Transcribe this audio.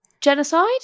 Genocide